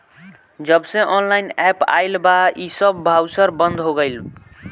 जबसे online app आईल बा इ सब बाउचर बंद हो गईल